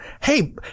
hey